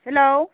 hello